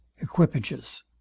equipages